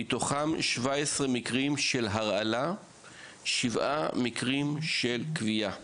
מתוכם 17 מקרים של הרעלה ושבעה מקרים של כוויה.